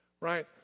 right